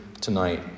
tonight